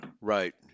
Right